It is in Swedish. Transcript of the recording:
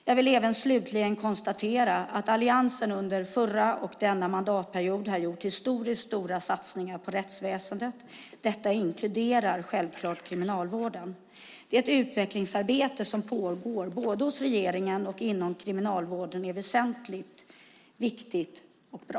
Jag vill även konstatera att Alliansen under den förra och denna mandatperiod har gjort historiskt stora satsningar på rättsväsendet. Detta inkluderar självfallet kriminalvården. Det utvecklingsarbete som pågår, både hos regeringen och inom kriminalvården, är väsentligt, viktigt och bra.